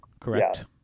correct